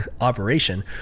operation